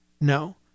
no